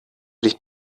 dich